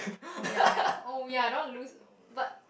oh ya my oh ya I don't want to lose but